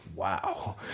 wow